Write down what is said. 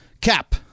Cap